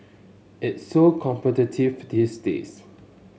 it's so competitive these days